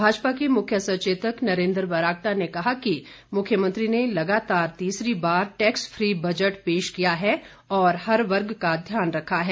भाजपा के मुख्य सचेतक नरेंद्र बरागटा ने कहा कि मुख्यमंत्री ने लगातार तीसरी बार टैक्स फ्री बजट पेश किया है और हर वर्ग का ध्यान रखा है